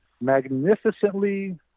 magnificently